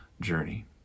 journey